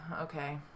okay